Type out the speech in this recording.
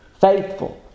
faithful